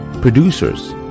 producers